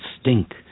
stink